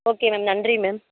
okay ma'am நன்றி ma'am